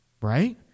right